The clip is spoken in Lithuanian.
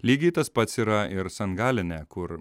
lygiai tas pats yra ir san galine kur